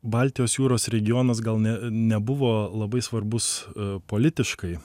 baltijos jūros regionas gal ne nebuvo labai svarbus politiškai